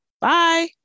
bye